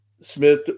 Smith